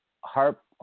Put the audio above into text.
Harp